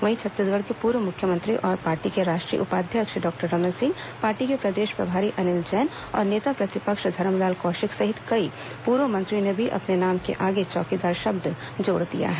वहीं छत्तीसगढ़ के पूर्व मुख्यमंत्री और पार्टी के राष्ट्रीय उपाध्यक्ष डॉक्टर रमन सिंह पार्टी के प्रदेश प्रभारी अनिल जैन और नेता प्रतिपक्ष धरमलाल कौशिक सहित कई पूर्व मंत्रियों ने भी अपने नाम के साथ चौकीदार शब्द जोड़ दिया है